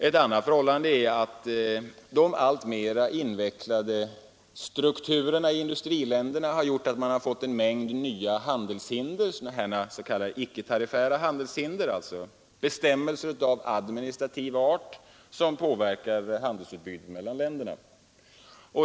Ett annat förhållande är att de alltmer invecklade strukturerna i industriländerna har medfört en mängd nya s.k. icke-tariffära handelshinder, bestämmelser av administrativ art som påverkar handelsutbytet mellan länderna.